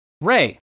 Ray